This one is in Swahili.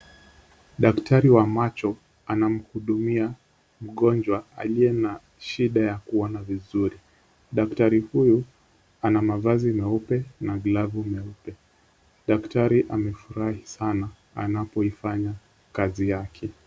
Daktari wa macho anamhudumia mgonjwa aliye na shida ya kuona vizuri. Daktari huyu ana mavazi meupe na glavu meupe. Daktari amefurahi sana anapoifanya kazi yake.